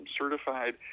certified